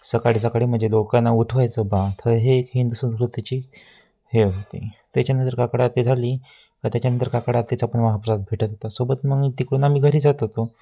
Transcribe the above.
सकाळी सकाळी म्हणजे लोकांना उठवायचं बा तर हे एक हिंदू संस्कृतीची हे होती त्याच्यानंतर काकड आरती झाली का त्याच्यानंतर काकड आरतीचा पण महाप्रसाद भेटत होता सोबत मग मी तिकडून आम्ही घरी जात होतो